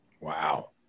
wow